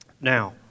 Now